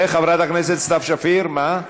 וחברת הכנסת סתיו שפיר, מה?